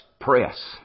press